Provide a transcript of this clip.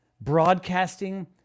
broadcasting